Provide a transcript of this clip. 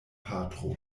patro